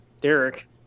Derek